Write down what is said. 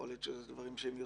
יכול להיות שזה דברים שהם יותר,